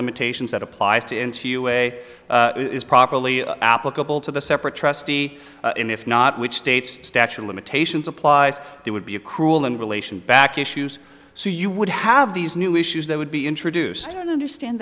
limitations that applies to into you way is properly applicable to the separate trustee and if not which states statue of limitations applies there would be a cruel and relation back issues so you would have these new issues that would be introduced and understand